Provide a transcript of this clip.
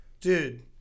Dude